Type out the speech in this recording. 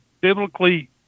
biblically